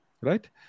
right